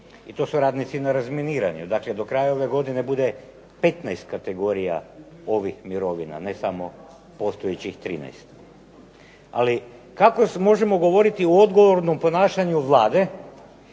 i to su radnici na razminiranju. Dakle, do kraja ove godine bude 15 kategorija ovih mirovina ne samo postojećih 13. Ali kako možemo govoriti o odgovornom ponašanju Vlade